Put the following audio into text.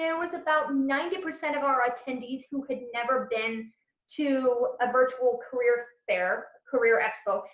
yeah was about ninety percent of our attendees who had never been to a virtual career fair, career expo,